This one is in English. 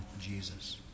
Jesus